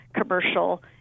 commercial